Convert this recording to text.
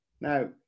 now